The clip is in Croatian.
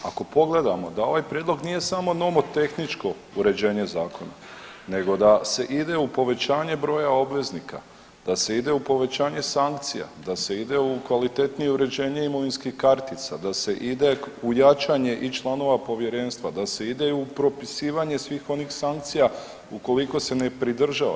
Ako pogledamo da ovaj prijedlog nije samo nomotehničko uređene zakona nego da se ide u povećanje broja obveznika, da se ide u povećanje sankcija, da se ide u kvalitetnije uređenje imovinskih kartica, da se ide u jačanje i članova povjerenstva, da se ide i u propisivanje svih onih sankcija ukoliko se ne pridržava.